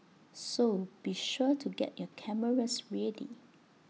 so be sure to get your cameras ready